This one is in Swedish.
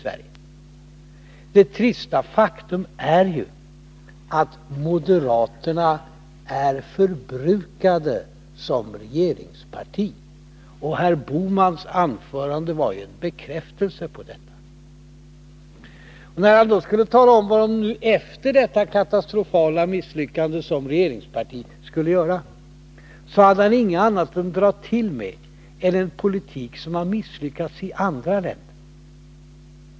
Det trista faktum är att moderaterna är förbrukade som regeringsparti. Herr Bohmans anförande var ju en bekräftelse på detta. Och när han skulle tala om vad moderaterna efter detta katastrofala misslyckande som regeringsparti skulle göra hade han ingenting annat att dra till med än en politik som har misslyckats i andra länder.